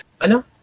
Ano